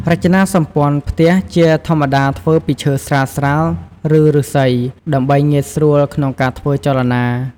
រចនាសម្ព័ន្ធផ្ទះជាធម្មតាធ្វើពីឈើស្រាលៗ ឬឫស្សី ដើម្បីងាយស្រួលក្នុងការធ្វើចលនា។